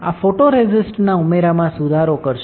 આ ફોટોરેસિસ્ટના ઉમેરામાં સુધારો કરશે